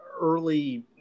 early